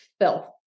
filth